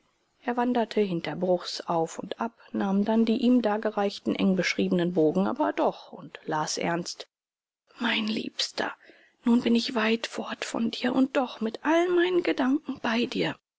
er wanderte hinter bruchs auf und ab nahm dann die ihm dargereichten engbeschriebenen bogen aber doch und las ernst mein liebster nun bin ich weit fort von dir und doch mit all meinen gedanken bei dir